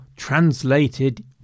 translated